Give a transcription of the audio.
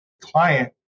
client